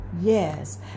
Yes